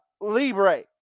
Libre